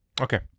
Okay